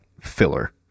filler